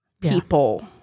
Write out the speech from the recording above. people